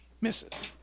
misses